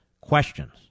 questions